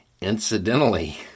Incidentally